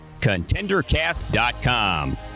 ContenderCast.com